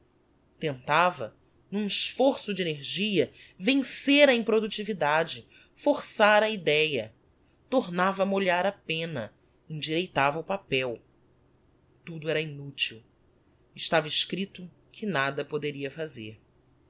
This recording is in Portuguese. tentava n'um esforço de energia vencer a improductividade forçar a idéa tornava a molhar a penna endireitava o papel tudo era inutil estava escripto que nada poderia fazer